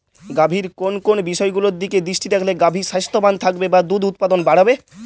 গাভীর কোন কোন বিষয়গুলোর দিকে দৃষ্টি রাখলে গাভী স্বাস্থ্যবান থাকবে বা দুধ উৎপাদন বাড়বে?